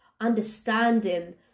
understanding